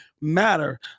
matter